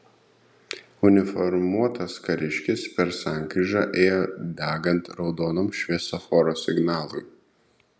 uniformuotas kariškis per sankryžą ėjo degant raudonam šviesoforo signalui